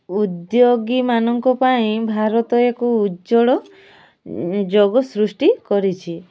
ଉଦ୍ୟୋଗୀମାନଙ୍କ ପାଇଁ ଭାରତ ଏକ ଉଜ୍ଜ୍ୱଳ ଯୋଗ ସୃଷ୍ଟି କରିଛି